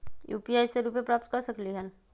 UPI से रुपए प्राप्त कर सकलीहल?